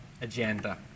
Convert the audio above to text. agenda